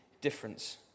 difference